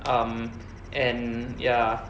um and ya